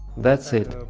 that's it,